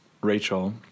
Rachel